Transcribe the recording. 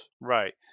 Right